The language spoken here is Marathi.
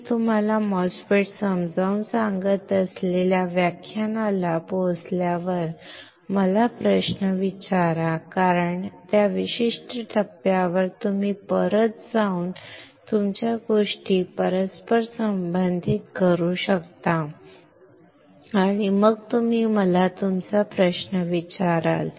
मी तुम्हाला MOSFET समजावून सांगत असलेल्या व्याख्यानाला पोहोचल्यावर मला प्रश्न विचारा कारण त्या विशिष्ट टप्प्यावर तुम्ही परत जाऊन तुमच्या गोष्टी परस्परसंबंधित करू शकता आणि मग तुम्ही मला तुमचा प्रश्न विचाराल